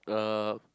uh